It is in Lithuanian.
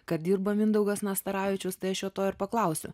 kad dirba mindaugas nastaravičius tai aš jo to ir paklausiu